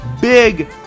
big